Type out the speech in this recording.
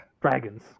dragons